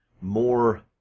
more